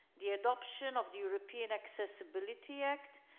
the adoption of european accessibility act,